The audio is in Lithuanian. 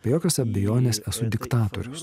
be jokios abejonės esu diktatorius